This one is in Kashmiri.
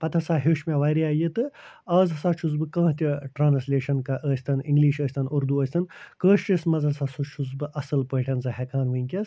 پَتہٕ ہسا ہیٛوچھ مےٚ واریاہ یہِ تہٕ آز ہسا چھُس بہٕ کانٛہہ تہِ ٹرٛانَسلیشَن ٲسۍ تَن انگلش ٲسۍ تَن اردو ٲسۍ تَن کٲشِرِس منٛز ہسا چھُس بہٕ اصٕل پٲٹھۍ سُہ ہیٚکان وُنٛکیٚس